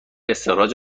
استخراج